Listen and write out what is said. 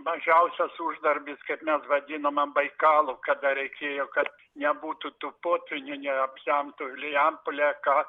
mažiausias uždarbis kaip mes vadinome baikalu kada reikėjo kad nebūtų tų potvynių neapsemtų vilijampolė ką